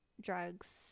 drugs